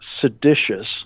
seditious